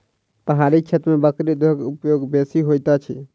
पहाड़ी क्षेत्र में बकरी दूधक उपयोग बेसी होइत अछि